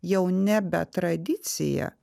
jau nebe tradicija